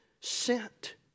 sent